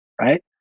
right